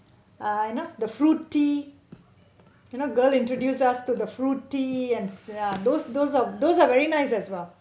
ah you know the fruit tea you know girl introduce us to the fruit tea and ya those those are those are very nice as well